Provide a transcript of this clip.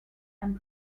and